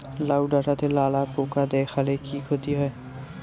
লাউ ডাটাতে লালা পোকা দেখালে কি ক্ষতি হয়?